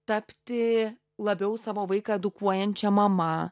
tapti labiau savo vaiką edukuojančia mama